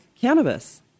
cannabis